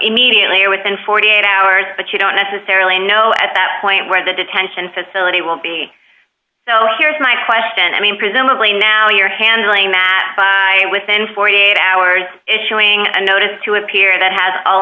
immediately or within forty eight hours but you don't necessarily know at that point where the detention facility will be so here's my question i mean presumably now you're handling that by within forty eight hours issuing a notice to appear that has all